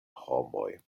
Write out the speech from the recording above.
homoj